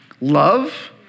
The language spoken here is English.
love